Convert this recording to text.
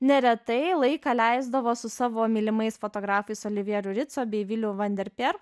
neretai laiką leisdavo su savo mylimais fotografais olivieriu ritso bei viliu van der per